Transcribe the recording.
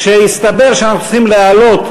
כשהסתבר שאנחנו צריכים להעלות,